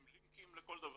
עם לינקים לכל דבר,